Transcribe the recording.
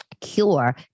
cure